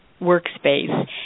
workspace